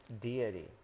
deity